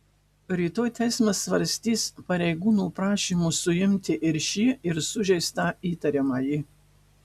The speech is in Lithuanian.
rytoj teismas svarstys pareigūnų prašymus suimti ir šį ir sužeistą įtariamąjį